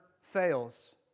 fails